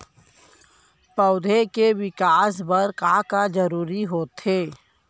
पौधे के विकास बर का का जरूरी होथे?